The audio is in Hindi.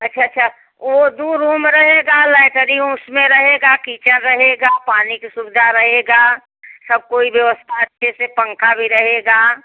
अच्छा अच्छा वो दो रूम रहेगा लैट्रिंग उसमें रहेगा किचन रहेगा पानी की सुविधा रहेगी सब कोई व्यवसस्था अच्छे से पंखा भी रहेगा